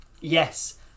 yes